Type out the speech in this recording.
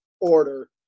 order